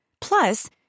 Plus